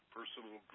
personal